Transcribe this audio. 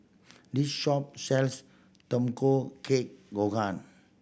this shop sells Tamago Kake Gohan